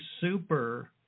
super